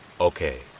Okay